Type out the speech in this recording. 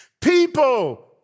People